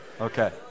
okay